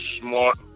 smart